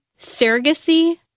Surrogacy